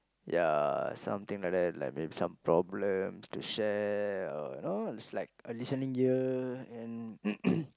ya something like that like maybe some problems to share uh know it's like a listening ear and